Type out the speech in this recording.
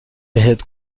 بهت